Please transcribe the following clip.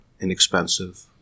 inexpensive